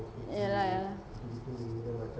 ya lah ya lah